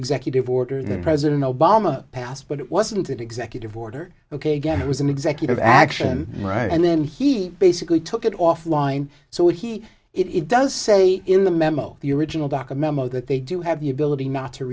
executive order that president obama passed but it wasn't an executive order ok again it was an executive action right and then he basically took it offline so he it does say in the memo the original document that they do have the ability not to